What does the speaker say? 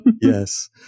Yes